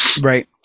Right